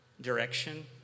direction